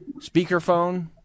speakerphone